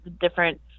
different